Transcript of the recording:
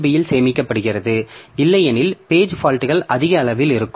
B இல் சேமிக்கப்படுகிறது இல்லையெனில் பேஜ் ஃபால்ட்கள் அதிக அளவில் இருக்கும்